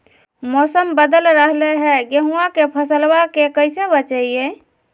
मौसम बदल रहलै है गेहूँआ के फसलबा के कैसे बचैये?